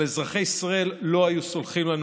אבל אזרחי ישראל לא היו סולחים לנו